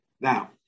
Now